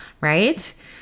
right